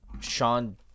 Sean